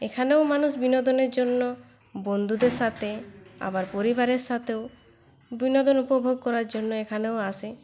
এখানেও মানুষ বিনোদনের জন্য বন্ধুদের সাথে আবার পরিবারের সাথেও বিনোদন উপভোগ করার জন্য এখানেও আসে